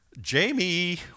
Jamie